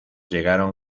llegaron